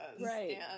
Right